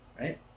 right